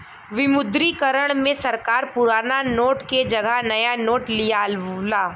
विमुद्रीकरण में सरकार पुराना नोट के जगह नया नोट लियावला